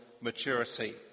maturity